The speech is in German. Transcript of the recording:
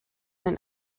ein